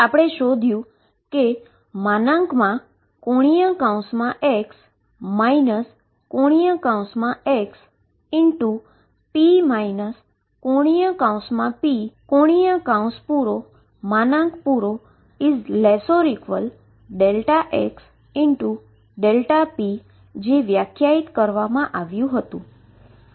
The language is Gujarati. આપણે શોધ્યુંં કે ⟨x ⟨x⟩p ⟨p⟩⟩≤ΔxΔp જે વ્યાખ્યાયિત કરવામાં આવ્યુ હતુ